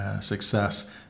success